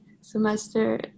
semester